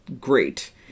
great